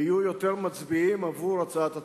ויהיו יותר מצביעים עבור הצעת התקציב,